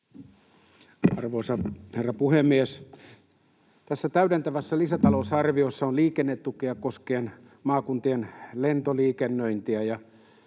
Arvoisa herra puhemies! Tässä täydentävässä lisätalousarviossa on liikennetukea koskien maakuntien lentoliikennöintiä,